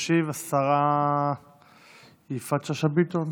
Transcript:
תשיב השרה יפעת שאשא ביטון.